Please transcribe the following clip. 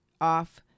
off